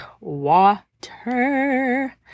water